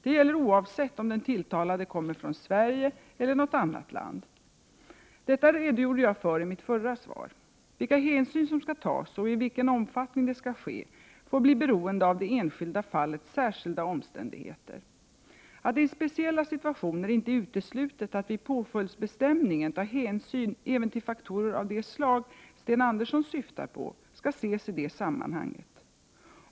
Det gäller oavsett om den tilltalade kommer från Sverige eller något annat land. Detta redogjorde jag för i mitt förra svar. Vilka hänsyn som skall tas och i vilken omfattning det skall ske får bli beroende av det enskilda fallets särskilda omständigheter. Att det i speciella situationer inte är uteslutet att vid påföljdsbestämningen ta hänsyn även till faktorer av det slag Sten Andersson syftar på skall ses i det sammanhanget.